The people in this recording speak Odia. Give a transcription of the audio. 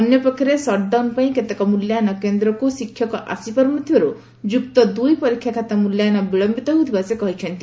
ଅନ୍ୟପକ୍ଷରେ ସଟ୍ଡାଉନ ପାଇଁ କେତେକ ମିଲ୍ୟାୟନ କେନ୍ଦ୍ରକୁ ଶିକ୍ଷକ ଆସିପାରୁ ନ ଥିବାରୁ ଯୁକ୍ତଦୁଇ ପରୀକ୍ଷା ଖାତା ମୂଲ୍ୟାୟନ ବିଳୟିତ ହେଉଥିବା ସେ କହିଛନ୍ତି